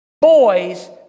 Boys